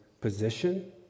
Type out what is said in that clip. position